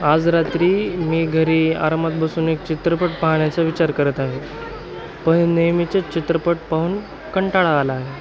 आज रात्री मी घरी आरामात बसून एक चित्रपट पाहण्याचा विचार करत आहे पण नेहमीचेच चित्रपट पाहून कंटाळा आला आहे